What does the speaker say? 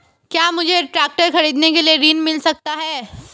क्या मुझे ट्रैक्टर खरीदने के लिए ऋण मिल सकता है?